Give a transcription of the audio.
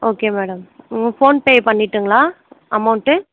okay madam உங்களுக்கு ஃபோன்பே பண்ணிட்டுங்களா amount